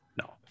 No